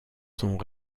sont